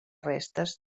restes